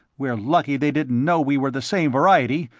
we're lucky they didn't know we were the same variety,